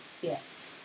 yes